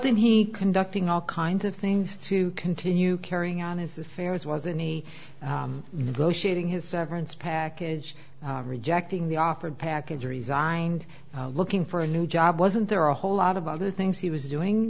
thing he conducting all kinds of things to continue carrying on his affairs was any negotiating his severance package rejecting the offered package resigned looking for a new job wasn't there a whole lot of other things he was doing